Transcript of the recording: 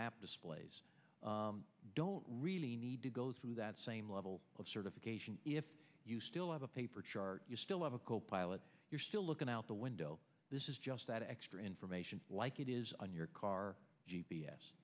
map displays don't really need to go through that same level of certification if you still have a paper chart you still have a copilot you're still looking out the window this is just that extra information like it is on your car g